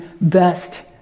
best